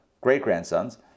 great-grandsons